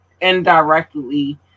Indirectly